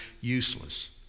useless